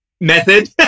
Method